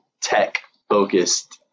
tech-focused